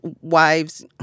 wives